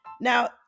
Now